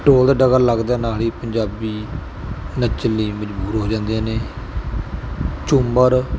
ਢੋਲ ਦਾ ਡਗਾ ਲੱਗਦਾ ਨਾਲ ਹੀ ਪੰਜਾਬੀ ਨੱਚਣ ਲਈ ਮਜ਼ਬੂਰ ਹੋ ਜਾਂਦੇ ਨੇ ਝੂੰਮਰ